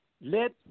let